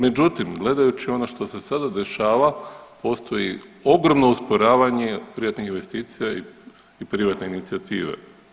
Međutim, gledajući ono što se sada dešava postoji ogromno usporavanje privatnih investicija i privatne inicijative.